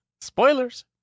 Spoilers